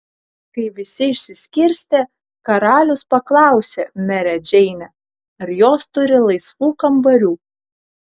kai visi išsiskirstė karalius paklausė merę džeinę ar jos turi laisvų kambarių